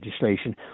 legislation